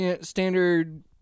Standard